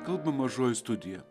kalba mažoji studija